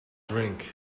drink